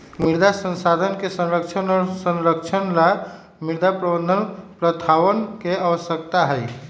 मृदा संसाधन के संरक्षण और संरक्षण ला मृदा प्रबंधन प्रथावन के आवश्यकता हई